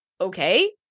okay